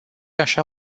așa